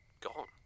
gone